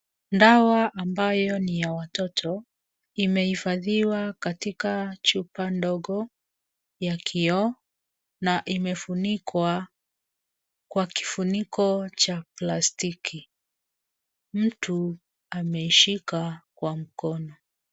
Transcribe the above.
Dawa ambayo ni ya watoto imehifadhiwa katika chupa ndogo ya kioo na imefunikwa kwa kifuniko cha plastiki. Mtu ameshika kwa mkono.